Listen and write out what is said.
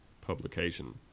publication